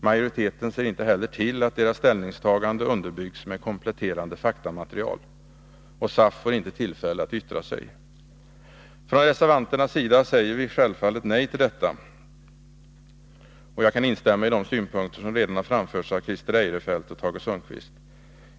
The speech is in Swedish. Majoriteten ser inte heller till att dess ställningstagande underbyggs med kompletterande faktamaterial. SAF ges inte tillfälle att yttra sig. Från reservanternas sida säger vi självfallet nej till detta. Jag kan instämma ide synpunkter som redan framförts av Christer Eirefelt och Tage Sundkvist.